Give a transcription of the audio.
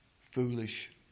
foolish